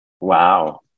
Wow